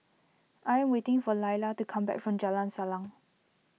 I am waiting for Laila to come back from Jalan Salang